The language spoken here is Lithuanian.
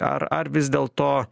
ar ar vis dėlto